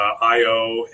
io